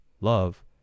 love